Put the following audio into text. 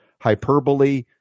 hyperbole